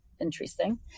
interesting